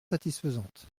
satisfaisante